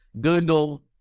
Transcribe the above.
Google